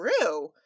true